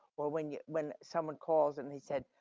or when you, when someone calls, and he said,